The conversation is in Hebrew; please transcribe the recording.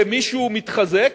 כשמישהו מתחזק,